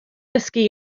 dysgu